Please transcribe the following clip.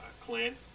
clan